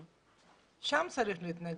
שם צריך להתנגד.